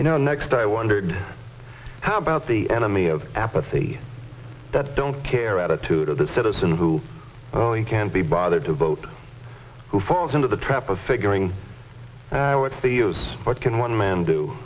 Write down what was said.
you know next i wondered how about the enemy of apathy that don't care attitude of the citizen who can't be bothered to vote who falls into the trap of figuring what's the use what can one man do